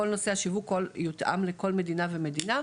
כל נושא השיווק יותאם לכל מדינה ומדינה,